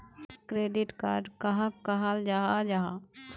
Credit card कहाक कहाल जाहा जाहा?